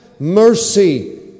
Mercy